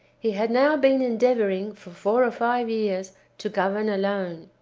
he had now been endeavoring for four or five years to govern alone.